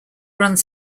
runs